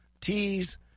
teas